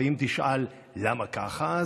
ואם תשאל: למה ככה,